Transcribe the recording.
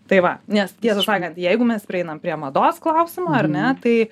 tai va nes tiesą sakant jeigu mes prieinam prie mados klausimo ar ne tai